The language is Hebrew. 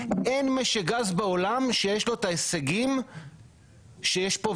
אין משק גז בעולם שיש לו את ההישגים שיש פה,